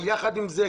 אבל יחד עם זאת,